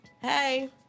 Hey